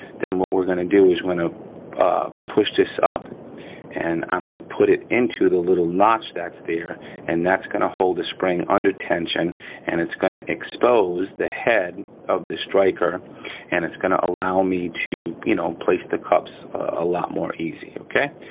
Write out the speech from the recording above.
then what we're gonna do is we're gonna push this up and i'm gonna put it into the little notch that's there and that's gonna hold the spring under tension and it's gonna expose the head of the striker and it's gonna allow me to you know, place the cups a lot more easy, okay.